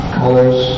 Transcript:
colors